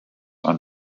are